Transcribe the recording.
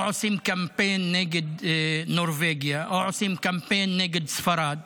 עושים קמפיין נגד נורבגיה או עושים קמפיין נגד ספרד